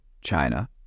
China